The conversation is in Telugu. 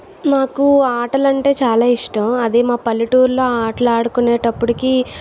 నాకు ఆటలు అంటే చాలా ఇష్టం అది మా పల్లెటూర్లో ఆటలు ఆడుకునేటప్పటికీ